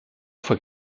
fois